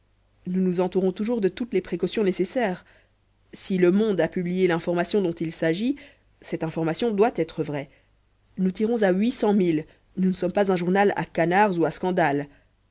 nous nous entourons toujours de toutes les précautions nécessaires si le monde a publié l'information dont il s'agit cette information doit être vraie nous tirons à huit cent mille nous ne sommes pas un journal à canards ou à scandales